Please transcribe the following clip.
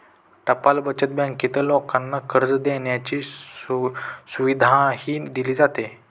टपाल बचत बँकेत लोकांना कर्ज देण्याची सुविधाही दिली जाते